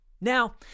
Now